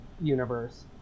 universe